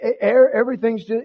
everything's